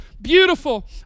Beautiful